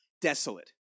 desolate